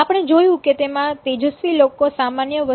આપણે જોયું કે તેમાં તેજસ્વી લોકો સામાન્ય વસ્તીના લગભગ 16